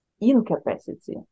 incapacity